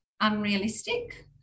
unrealistic